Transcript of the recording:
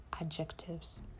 adjectives